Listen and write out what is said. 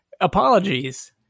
Apologies